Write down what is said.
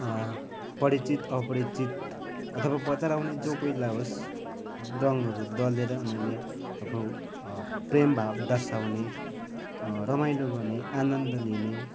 परिचित अपरिचित अथवा बजार आउने जो कोहिलाई होस् रङ्गहरू दलेर उनीहरूले आफ्नो प्रेम भाव दर्शाउने रमाइलो गर्ने आनन्द लिने